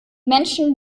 menschen